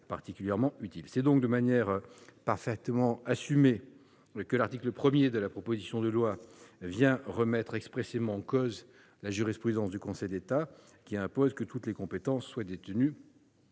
C'est donc de manière parfaitement assumée que l'article 1 de la proposition de loi remet expressément en cause la jurisprudence du Conseil d'État, qui impose que toutes les compétences soient détenues